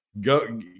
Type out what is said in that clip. go